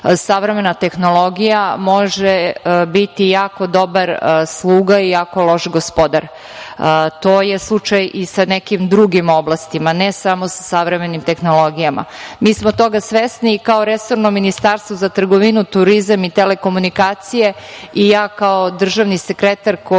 savremena tehnologija može biti jako dobar sluga i jako loš gospodar. To je slučaj i sa nekim drugim oblastima, ne samo sa savremenim tehnologijama. Mi smo toga svesni i kao resorno Ministarstvo za trgovinu, turizam i telekomunikacije i ja kao državni sekretar u